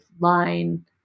line